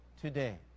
today